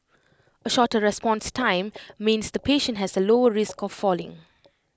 A shorter response time means the patient has A lower risk of falling